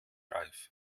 reif